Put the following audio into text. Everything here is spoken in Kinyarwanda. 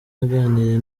yaganiriye